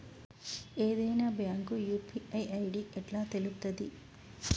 ఏదైనా bank UPI ID ఎట్లా తెలుత్తది?